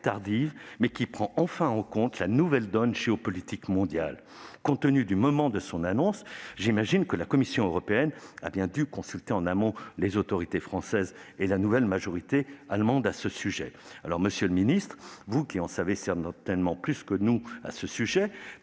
mais qui prend enfin en compte la nouvelle donne géopolitique mondiale. Compte tenu du moment où elle a été annoncée, j'imagine que la Commission européenne a dû consulter en amont les autorités françaises et la nouvelle majorité allemande. Monsieur le secrétaire d'État, vous qui en savez certainement plus que nous à ce sujet,